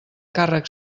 càrrec